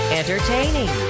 entertaining